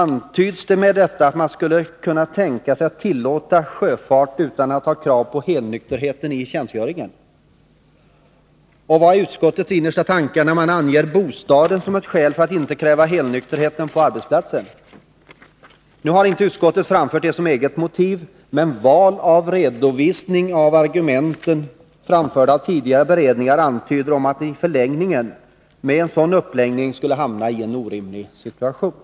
Är detta en antydan om att man skulle kunna tänka sig att tillåta sjöfart utan att ha krav på helnykterhet i samband med tjänstgöringen? Vilka är utskottets innersta tankar, när man anger boendet Nr 33 som ett skäl för att inte kräva helnykterhet på arbetsplatsen? Utskottet har Onsdagen den visserligen inte framfört detta som eget motiv, men valet av argument som 24 november 1982 framförts av tidigare beredningar antyder att man i förlängningen med en sådan uppläggning skulle hamna i en orimlig situation.